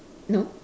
no